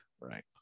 right